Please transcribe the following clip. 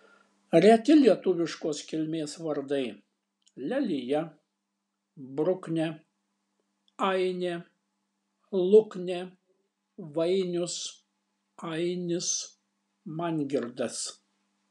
reti lietuviškos kilmės vardai lelija bruknė ainė luknė vainius ainis mangirdas